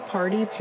Party